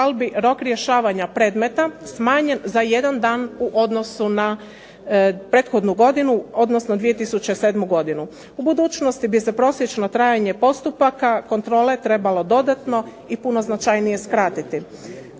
žalbi rok rješavanja predmeta smanjen za jedan dan u odnosu na prethodnu godinu odnosno 2007. godinu. U budućnosti bi se prosječno trajanje postupaka kontrole trebalo dodatno i puno značajnije skratiti.